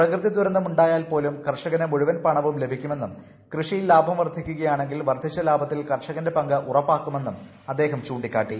പ്രകൃതിദുരന്തമുണ്ടായാൽ പോലും കർഷകന് മുഴുവൻ പണവും ലഭിക്കുമെന്നും കൃഷിയിൽ ലാഭം വർദ്ധിക്കുകയാണെങ്കിൽ വർദ്ധിച്ച ലാഭത്തിൽ കർഷകന്റെ പങ്ക് ഉറപ്പാക്കുമെന്നും അദ്ദേഹം ചൂണ്ടിക്കാട്ടി